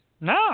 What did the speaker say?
No